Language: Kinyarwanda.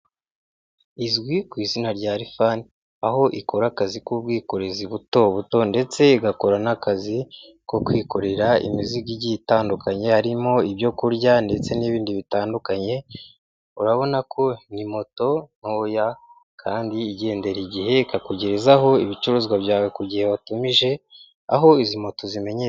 Izwi ku izina rya rifani aho ikora akazi k'ubwikorezi buto buto ndetse igakora n'akazi ko kwikorera imizigo igiye itandukanye harimo ibyo kurya ndetse n'ibindi bitandukanye. Urabona ko ni moto ntoya kandi igendera igihe ikakugerezaho ibicuruzwa byawe ku gihe watumije aho izi moto zimenyera.